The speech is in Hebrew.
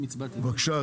כן, אלקין, בבקשה.